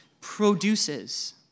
produces